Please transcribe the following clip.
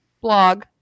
blog